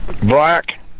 Black